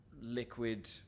liquid